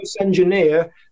engineer